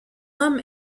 homme